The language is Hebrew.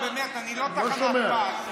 נו באמת, אני לא תחנת פז.